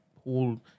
whole